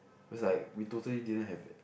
because like we totally didn't have